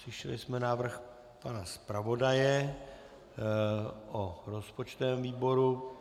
Slyšeli jsme návrh pana zpravodaje o rozpočtovém výboru.